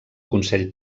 consell